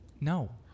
No